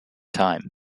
time